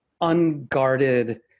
unguarded